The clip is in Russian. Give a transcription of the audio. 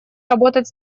работать